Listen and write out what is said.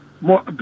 more